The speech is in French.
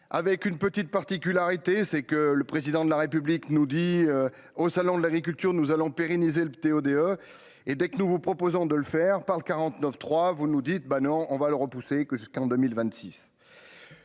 avec une petite particularité, c'est que le président de la République nous dit au Salon de l'agriculture nous allons pérenniser le TO-DE et dès que nous vous proposons de le faire par le 49 3, vous nous dites : ben non, on va le repousser que jusqu'en 2026.